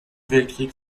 weltkrieg